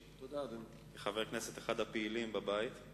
כאחד מחברי הכנסת הפעילים בבית.